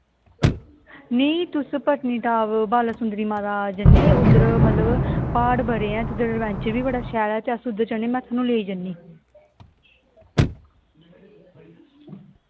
नेईं तुस पत्नीटॉप बालासुंदरी मंदर जन्ने उद्धर मतलब ते प्हाड़ बड़े न ते मेक्सीमम उद्धर जन्नी